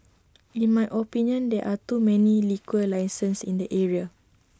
in my opinion there are too many liquor licenses in the area